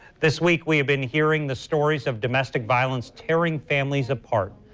this week we have been hearing the stories of domestic violence tearing families apart.